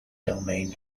domain